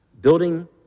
Building